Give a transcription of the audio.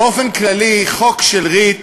באופן כללי חוק של ריט